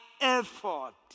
effort